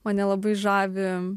mane labai žavi